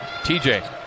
TJ